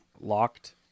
locked